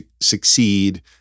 succeed